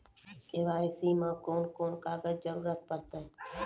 KYC मे कून कून कागजक जरूरत परतै?